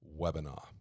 webinar